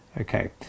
Okay